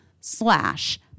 slash